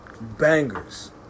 bangers